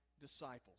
disciples